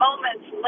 Moments